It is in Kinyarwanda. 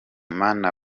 mana